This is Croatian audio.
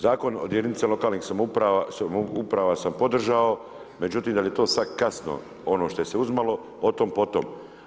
Zakon o jedinicama lokalnih samouprava sam podržao, međutim da bi to sad kasno ono što je se uzimalo, o tom -potom.